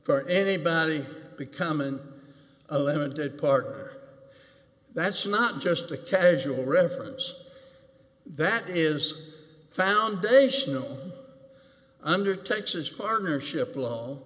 for anybody becoming a limited park that's not just a casual reference that is foundational under texas partnership l